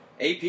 AP